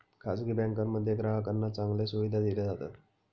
खासगी बँकांमध्ये ग्राहकांना चांगल्या सुविधा दिल्या जातात